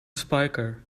spyker